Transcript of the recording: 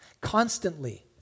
constantly